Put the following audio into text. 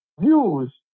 views